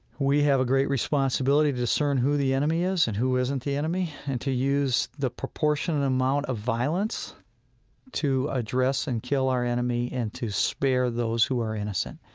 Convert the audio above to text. we have a great responsibility to discern who the enemy is and who isn't the enemy, and to use the proportionate amount of violence to address and kill our enemy, and to spare those who are innocent.